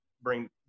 bring